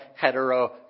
hetero